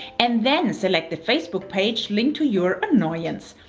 and then select the facebook page linked to your annoyance.